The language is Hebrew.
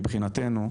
מבחינתנו,